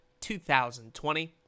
2020